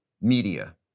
media